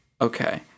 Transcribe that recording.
Okay